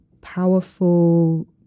powerful